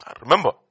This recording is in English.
Remember